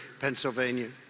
Pennsylvania